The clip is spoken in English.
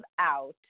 out